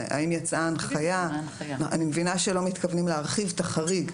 אני מבינה שלא מתכוונים להרחיב את החריג,